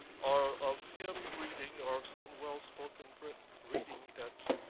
or of him reading or of some well-spoken print reading at